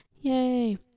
Yay